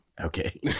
okay